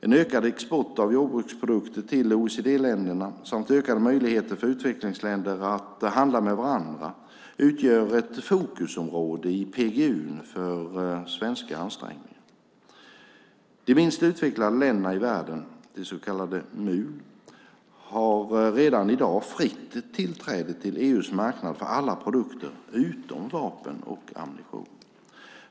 En ökad export av jordbruksprodukter till OECD-länderna samt ökade möjligheter för utvecklingsländerna att handla med varandra utgör ett fokusområde i PGU:n för svenska ansträngningar. De minst utvecklade länderna i världen, de så kallade MUL, har redan i dag fritt tillträde till EU:s marknad för alla produkter utom vapen och ammunition.